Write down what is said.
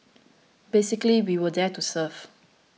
basically we were there to serve